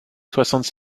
soixante